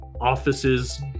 office's